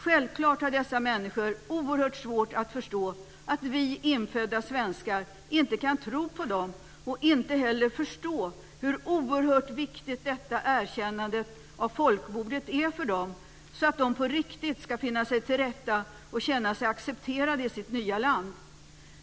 Självklart har dessa människor oerhört svårt att förstå att vi infödda svenskar inte kan tro på dem och inte heller kan förstå hur oerhört viktigt detta erkännande av folkmordet är för dem, så att de på riktigt ska finna sig till rätta och känna sig accepterade i sitt nya land.